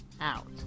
out